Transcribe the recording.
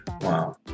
wow